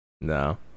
No